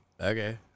Okay